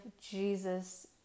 Jesus